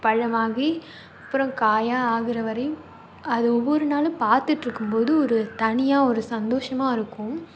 பழமாகி அப்புறம் காயாக ஆகுகிறவரையும் அது ஒவ்வொரு நாளும் பார்த்துட்டிருக்கும்போது ஒரு தனியாக ஒரு சந்தோஷமாக இருக்கும்